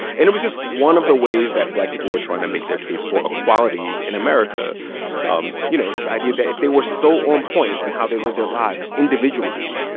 and just one of the ways that black people were trying to make their case for equality in america um you know, this idea that if they were so on point in how they lived their lives individually,